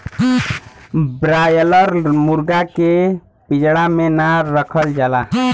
broiler मुरगा के पिजड़ा में ना रखल जाला